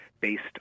based